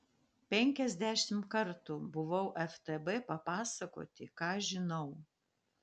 penkiasdešimt kartų buvau ftb papasakoti ką žinau